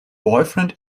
boyfriend